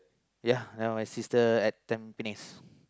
yeah and my sister at Tampines